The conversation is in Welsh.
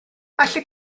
allet